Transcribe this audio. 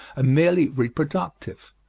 merely reproductive.